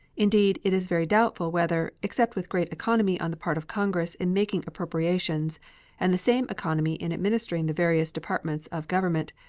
indeed, it is very doubtful whether, except with great economy on the part of congress in making appropriations and the same economy in administering the various departments of government,